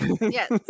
yes